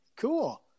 Cool